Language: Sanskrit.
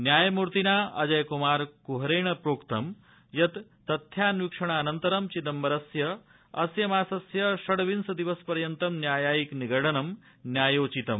न्यायमूर्तिना अजय कुमार कुहरेण प्रोक्त यत् तथ्यान्वीक्षणानन्तरं चिदम्बरस्य अस्यमासस्य षड्विंशदिवसपर्यन्तं न्यायायिक निगडनं न्यायोचितम्